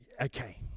Okay